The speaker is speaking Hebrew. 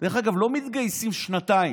הם לא מתגייסים לשנתיים,